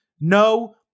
No